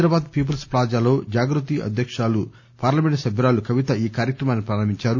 Hyderabad People's ఫ్లాజాలో జాగృతి అధ్యకురాలు parliament సభ్యురాలు కవిత ఈ కార్యక్రమాన్ని ప్రారంభించారు